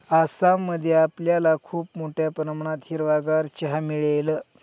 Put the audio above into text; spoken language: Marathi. आसाम मध्ये आपल्याला खूप मोठ्या प्रमाणात हिरवागार चहा मिळेल